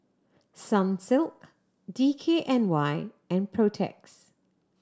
Sunsilk D K N Y and Protex